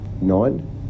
nine